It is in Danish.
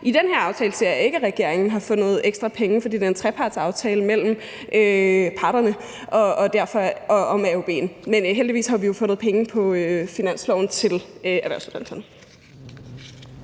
I den her aftale ser jeg ikke, at regeringen har fundet ekstra penge, for det er en trepartsaftale mellem parterne om AUB'en, men heldigvis har vi jo fundet penge på finansloven til erhvervsuddannelserne.